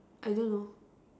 I don't know